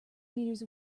meters